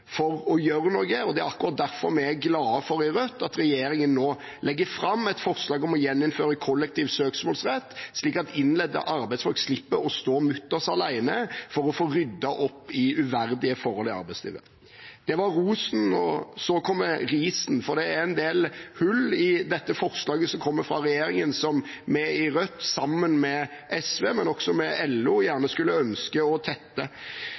for å gjøre noe, og det er akkurat derfor vi i Rødt er glad for at regjeringen nå legger fram et forslag om å gjeninnføre kollektiv søksmålsrett, slik at innleide arbeidsfolk slipper å stå mutters alene for å få ryddet opp i uverdige forhold i arbeidslivet. Det var rosen, og så kommer risen, for det er en del hull i dette forslaget som kommer fra regjeringen, som vi i Rødt, sammen med SV og også LO, gjerne skulle ønske å tette.